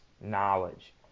knowledge